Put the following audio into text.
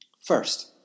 First